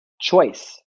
choice